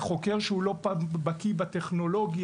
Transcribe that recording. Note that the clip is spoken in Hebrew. וחוקר שהוא לא בקיא בטכנולוגיה,